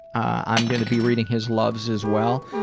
i'm going to be reading his loves as well.